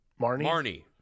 Marnie